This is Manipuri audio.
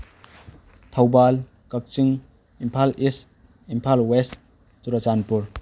Thoubal Kakching Imphal East Imphal West Churachandpur